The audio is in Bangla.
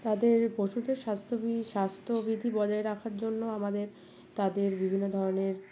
তাদের পশুদের স্বাস্থ্যবি স্বাস্থ্যবিধি বজায় রাখার জন্য আমাদের তাদের বিভিন্ন ধরনের